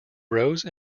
rose